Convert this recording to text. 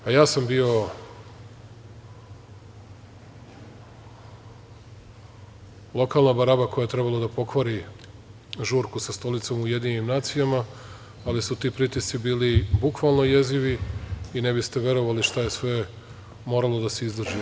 A ja sam bio lokalna baraba koja je trebala da pokvari žurku sa Stolicom u UN, ali su ti pritisci bili bukvalno jezivi i ne biste verovali šta je sve moralo da se izdrži.